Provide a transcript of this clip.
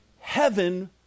heaven